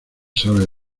sabe